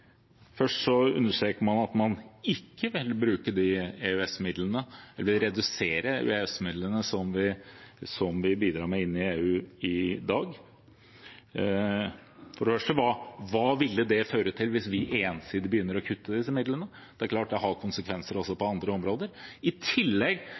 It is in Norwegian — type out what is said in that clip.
understreker man først at man ikke vil bruke de EØS-midlene, man vil redusere EØS-midlene som vi bidrar med inn i EU i dag. For det første: Hva ville det føre til hvis vi ensidig begynner å kutte i disse midlene? Det er klart det har konsekvenser også på